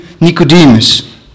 Nicodemus